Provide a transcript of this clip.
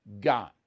gone